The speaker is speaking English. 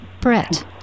Brett